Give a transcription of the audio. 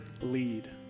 lead